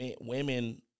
Women